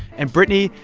and brittany,